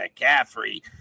McCaffrey